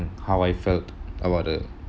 how I felt about the